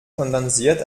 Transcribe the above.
kondensiert